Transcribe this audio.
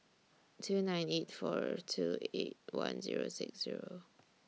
two nine eight four two eight one Zero six Zero